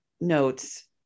notes